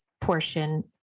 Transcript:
portion